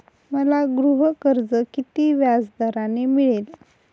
मला गृहकर्ज किती व्याजदराने मिळेल?